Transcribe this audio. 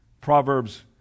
Proverbs